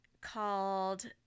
called